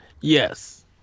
Yes